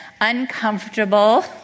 Uncomfortable